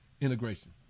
integration